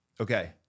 Okay